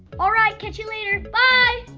all right catch you later, bye!